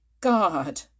God